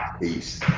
Peace